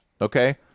okay